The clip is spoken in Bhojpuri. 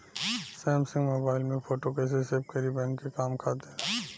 सैमसंग मोबाइल में फोटो कैसे सेभ करीं बैंक के काम खातिर?